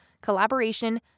collaboration